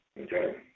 Okay